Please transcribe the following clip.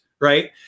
right